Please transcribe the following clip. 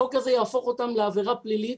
החוק הזה יהפוך אותם לעבירה פלילית,